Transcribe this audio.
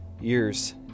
years